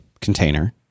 container